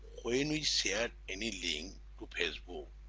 when we share any link to facebook,